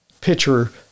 pitcher